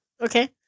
Okay